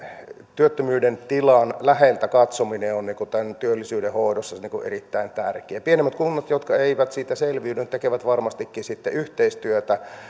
työttömyyden tilan läheltä katsominen on työllisyyden hoidossa erittäin tärkeää pienemmät kunnat jotka eivät siitä selviydy tekevät varmastikin yhteistyötä